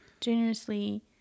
generously